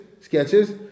sketches